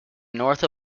north